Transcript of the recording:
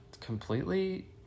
completely